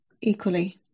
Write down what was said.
equally